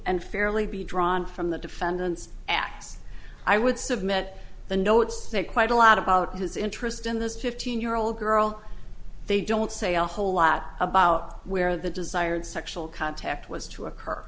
and fairly be drawn from the defendant's acts i would submit the notes that quite a lot about his interest in this fifteen year old girl they don't say a whole lot about where the desired sexual contact was to occur